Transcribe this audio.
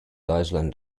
island